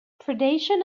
predation